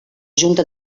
junta